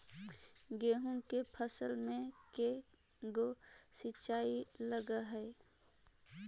गेहूं के फसल मे के गो सिंचाई लग हय?